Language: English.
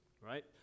right